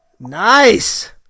Nice